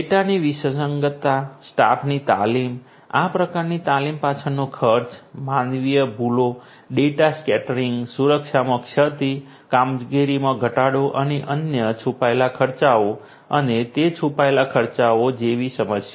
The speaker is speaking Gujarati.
ડેટાની વિસંગતતા સ્ટાફની તાલીમ આ પ્રકારની તાલીમ પાછળનો ખર્ચ માનવીય ભૂલો ડેટા સ્કેટરિંગ સુરક્ષામાં ક્ષતિ કામગીરીમાં ઘટાડો અને અન્ય છુપાયેલા ખર્ચાઓ અને તે છુપાયેલા ખર્ચાઓ જેવી સમસ્યા